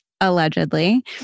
allegedly